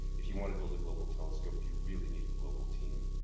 if you want to build a global telescope, you really need a global team.